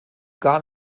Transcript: gar